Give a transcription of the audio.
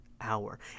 Hour